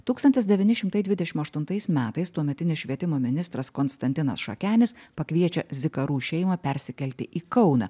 tūkstantis devyni šimtai dvidešim aštuntais metais tuometinis švietimo ministras konstantinas šakenis pakviečia zikarų šeimą persikelti į kauną